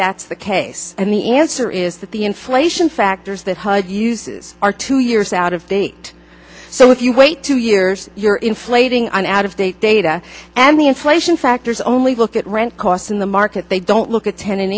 that's the case and the answer is that the inflation factors that hud uses are two years out of date so if you wait two years you're inflating an out of date data and the inflation factors only look at rent costs in the market they don't look at ten